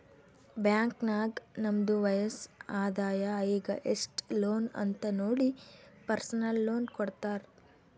bank ನಾಗ್ ನಮ್ದು ವಯಸ್ಸ್, ಆದಾಯ ಈಗ ಎಸ್ಟ್ ಲೋನ್ ಅಂತ್ ನೋಡಿ ಪರ್ಸನಲ್ ಲೋನ್ ಕೊಡ್ತಾರ್